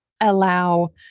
allow